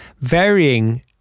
varying